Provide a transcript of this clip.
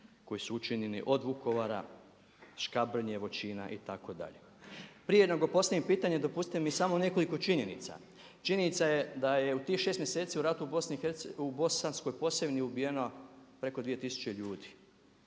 koji su učinjeni od Vukovara, Škabrnje, Vočina itd. Prije nego postavim pitanje dopustite mi samo nekoliko činjenica, činjenica je da je u tih 6 mjeseci u ratu u Bosanskoj Posavini ubijeno preko 2000 ljudi,